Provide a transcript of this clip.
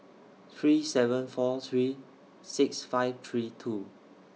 three seven four three six five three two